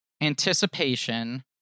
anticipation